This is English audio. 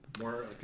more